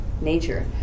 nature